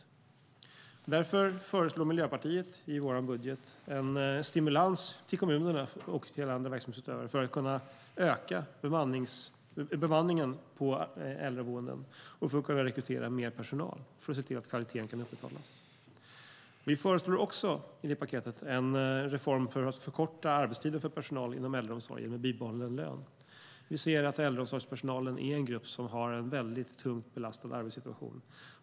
Miljöpartiet föreslår därför i sin budgetmotion en stimulans till kommuner och andra verksamhetsutövare för att dessa ska kunna rekrytera mer personal, det vill säga öka bemanningen, på äldreboenden så att kvaliteten kan upprätthållas. Vi föreslår också en reform för att förkorta arbetstiden för personal inom äldreomsorgen med bibehållen lön. Vi anser att äldreomsorgspersonalen är en grupp som har en tung arbetssituation.